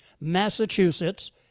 Massachusetts